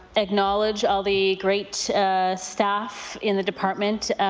acknowledge all the great staff in the department,